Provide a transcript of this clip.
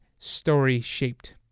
story-shaped